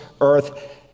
earth